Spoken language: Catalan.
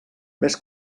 més